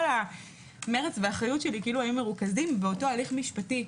כל המרץ והחיות שלי היו מרוכזים באותו הליך משפטי,